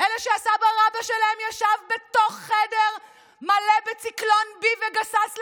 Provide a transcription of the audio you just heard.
אלה שהסבא-רבא שלהם ישב בתוך חדר מלא בציקלון B וגסס למוות,